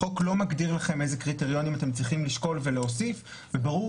החוק לא מגדיר לכם איזה קריטריונים אתם צריכים לשקול ולהוסיף וברור